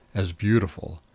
as beautiful.